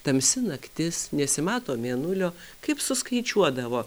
tamsi naktis nesimato mėnulio kaip suskaičiuodavo